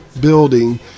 building